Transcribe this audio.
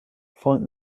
find